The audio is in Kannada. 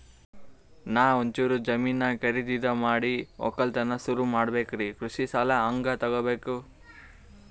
ನಾ ಒಂಚೂರು ಜಮೀನ ಖರೀದಿದ ಮಾಡಿ ಒಕ್ಕಲತನ ಸುರು ಮಾಡ ಬೇಕ್ರಿ, ಕೃಷಿ ಸಾಲ ಹಂಗ ತೊಗೊಬೇಕು?